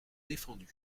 défendus